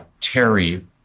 Terry